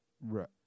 Right